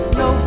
no